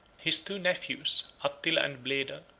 his two nephews, attila and bleda,